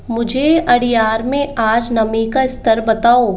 मुझे अड्यार में आज नमी का स्तर बताओ